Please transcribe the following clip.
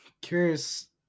Curious